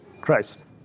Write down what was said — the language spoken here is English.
Christ